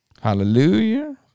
Hallelujah